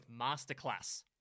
Masterclass